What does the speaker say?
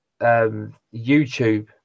YouTube